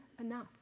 enough